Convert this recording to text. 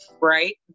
Right